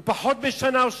הוא פחות משנה או שנתיים,